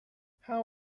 how